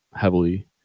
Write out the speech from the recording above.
heavily